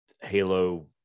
Halo